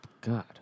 God